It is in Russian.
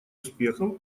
успехов